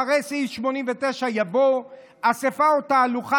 אחרי סעיף 89 יבוא: (א) אספה או תהלוכה